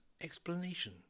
explanation